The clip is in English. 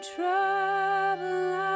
Trouble